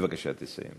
בבקשה, תסיים.